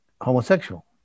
homosexual